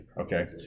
Okay